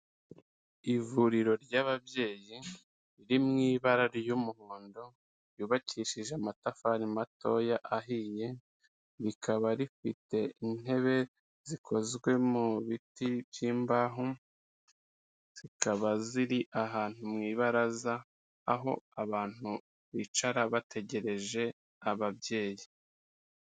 Ivuriro ry'ababyeyi riri mu ibara ry'umuhondo ryubakishije amatafari matoya ahiye, rikaba rifite intebe zikozwe mu biti by'imbaho, zikaba ziri ahantu mu ibaraza, aho abantu bicara bategereje ababyeyi.